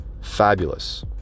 fabulous